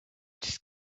just